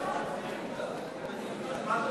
היושבת-ראש,